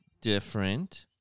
different